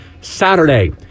Saturday